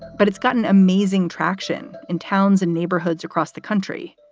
but it's gotten amazing traction in towns and neighborhoods across the country.